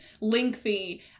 lengthy